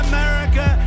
America